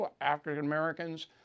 African-Americans